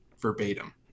verbatim